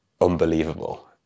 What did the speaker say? unbelievable